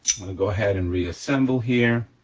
i'm gonna go ahead and reassemble here,